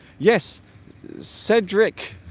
yes cedric